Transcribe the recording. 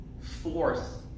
force